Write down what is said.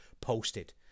posted